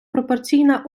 пропорційна